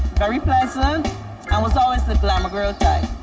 very pleasant and was always the glamour girl type.